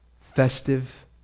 Festive